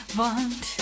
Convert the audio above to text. want